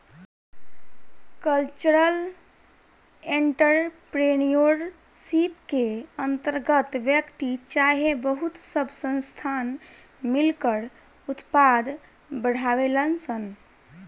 cultural entrepreneurship के अंतर्गत व्यक्ति चाहे बहुत सब संस्थान मिलकर उत्पाद बढ़ावेलन सन